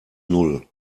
null